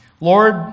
Lord